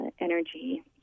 energy